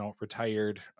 retired